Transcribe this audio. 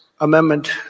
amendment